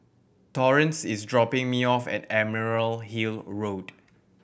Torrance is dropping me off at Emerald Hill Road